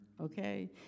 Okay